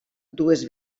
dues